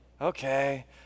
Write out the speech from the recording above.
okay